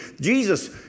Jesus